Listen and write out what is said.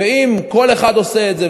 ואם כל אחד עושה את זה,